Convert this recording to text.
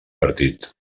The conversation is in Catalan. partit